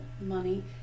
money